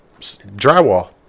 drywall